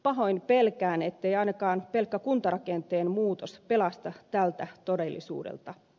pahoin pelkään ettei ainakaan pelkkä kuntarakenteen muutos pelasta tältä todellisuudelta